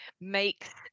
makes